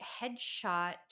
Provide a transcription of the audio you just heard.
headshot